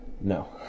No